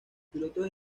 pilotos